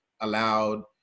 allowed